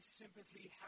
sympathy